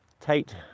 Tight